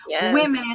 women